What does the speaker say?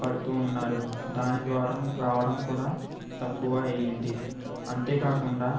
పడుతూ ఉన్నారు దాని ద్వారా రావడం కూడా తక్కువ అయ్యింది అంతే కాకుండా